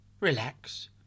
Relax